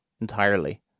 entirely